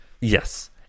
yes